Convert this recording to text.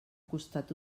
costat